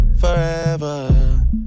forever